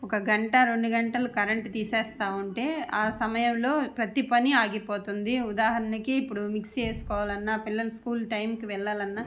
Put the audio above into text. ఒక గంట రెండు గంటలు కరెంటు తీసేస్తూ ఉంటే ఆ సమయంలో ప్రతీ పని ఆగిపోతుంది ఉదాహారణకి ఇప్పుడు మిక్సీ వేసుకోవాలన్నా పిల్లలు స్కూల్ టైంకి వెళ్ళాలన్నా